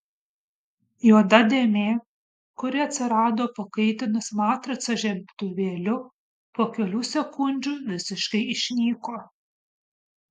juoda dėmė kuri atsirado pakaitinus matricą žiebtuvėliu po kelių sekundžių visiškai išnyko